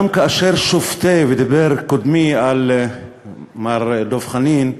גם כאשר שופטי, ודיבר קודמי, מר דב חנין,